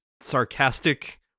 sarcastic